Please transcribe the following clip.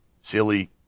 Silly